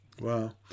Wow